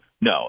No